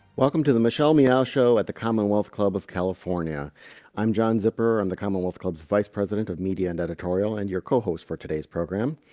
welcome to the michelle meow show at the commonwealth club of california i'm, john zipper. i'm the commonwealth club's vice president of media and editorial and your co-host for today's program